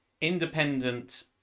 Independent